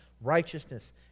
righteousness